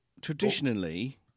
Traditionally